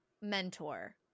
mentor